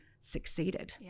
succeeded